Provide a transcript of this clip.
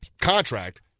contract